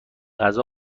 غذا